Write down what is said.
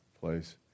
place